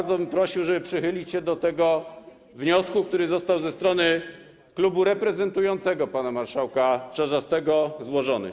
I bardzo bym prosił, żeby przychylić się do tego wniosku, który został ze strony klubu reprezentującego pana marszałka Czarzastego złożony.